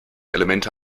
elemente